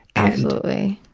absolutely.